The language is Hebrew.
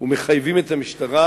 ומחייבים את המשטרה,